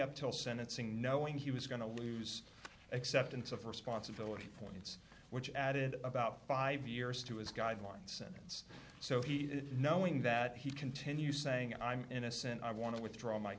up till sentencing knowing he was going to lose acceptance of responsibility points which added about five years to his guidelines sentence so knowing that he continue saying i'm innocent i want to withdraw my